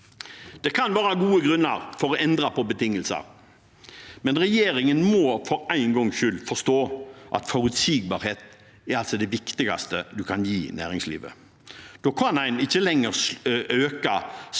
Det kan være gode grunner for å endre på betingelser, men regjeringen må for en gangs skyld forstå at forutsigbarhet er det viktigste en kan gi næringslivet. Da kan en ikke lenger øke